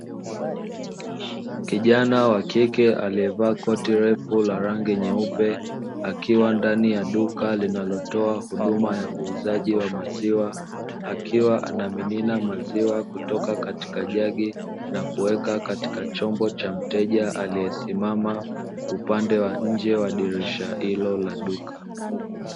Kijana wa kike aliyevaa koti refu la rangi nyeupe, akiwa ndani ya duka linalotoa huduma ya uuzaji wa maziwa, akiwa anamimina maziwa kutoka katika jagi, na kuweka katika chombo cha mteja aliyesimama, upande wa nje wa dirisha hilo la duka.